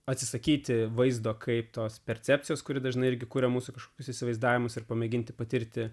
atsisakyti vaizdo kaip tos percepcijos kuri dažnai irgi kuria mūsų kažkokius įsivaizdavimus ir pamėginti patirti